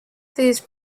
these